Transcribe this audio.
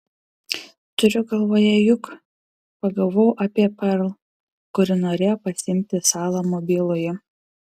turiu galvoje juk pagalvojau apie perl kuri norėjo pasiimti į salą mobilųjį